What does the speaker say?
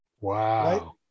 Wow